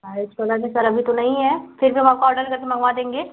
white colour में sir अभी तो नहीं है फ़िर हम आपको ऑर्डर करके मंगवा देंगे